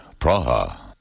Praha